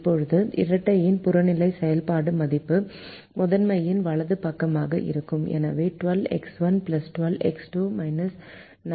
இப்போது இரட்டையின் புறநிலை செயல்பாடு மதிப்பு முதன்மையின் வலது பக்கமாக இருக்கும் எனவே 12X1 12X2 9X3 10X4 7Y5